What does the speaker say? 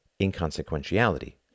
inconsequentiality